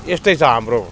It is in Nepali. यस्तै छ हाम्रो